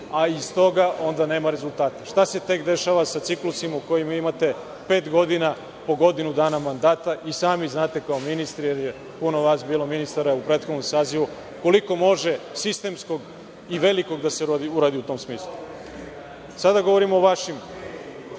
a iz toga onda nema rezultata. Šta se tek dešava sa ciklusima u kojima imate pet godina po godinu dana mandata, i sami znate kao ministri, jer je puno vas bilo ministara u prethodnom sazivu, koliko može sistemskog i velikog da se uradi u tom smislu. Sada govorim o vašim